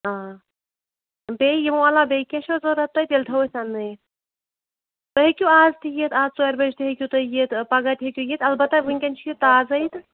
آ بیٚیہِ یِمو علاوٕ بیٚیہِ کیٚنٛہہ چھُوا ضروٗرَت تۅہہِ تیلہِ تھاوَو أسۍ اَنہٕ نٲوِتھ تُہۍ ہیٚکِو اَز تہِ یِتھ اَز ژورِ بَجہِ تام ہیٚکِو تُہۍ یِتھ تہٕ پَگاہ تہِ ہیٚکِو تُہۍ یِتھ اَلبَتہٕ وُنۍکیٚن چھُ یہِ تازٕے تہٕ